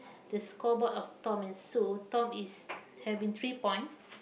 the scoreboard of Tom and Sue Tom is having three point